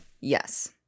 Yes